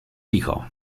licho